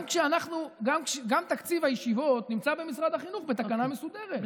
גם תקציב הישיבות נמצא במשרד החינוך בתקנה מסודרת,